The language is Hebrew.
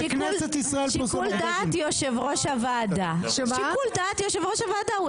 שיקול דעת יושב-ראש הוועדה,